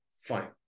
Fine